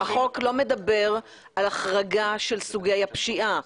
כרגע החוק לא מדבר על החרגה של סוגי הפשיעה.